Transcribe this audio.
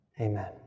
Amen